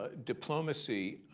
ah diplomacy